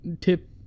tip